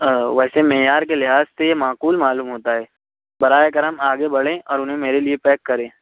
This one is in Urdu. ویسے معیار کے لحاظ سے یہ معقول معلوم ہوتا ہے براہ کرم آگے بڑھیں اور انہیں میرے لیے پیک کریں